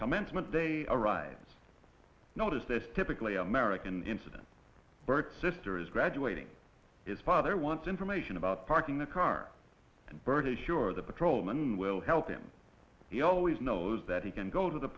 commencement day arrives notice this typically american incident bert sr is graduating his father wants information about parking the car and bird is sure the patrolman will help him he always knows that he can go to the